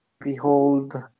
behold